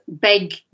big